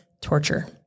torture